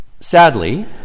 Sadly